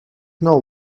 know